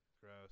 Gross